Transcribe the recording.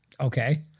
Okay